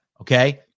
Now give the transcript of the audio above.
Okay